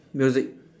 music